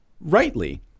rightly